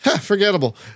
forgettable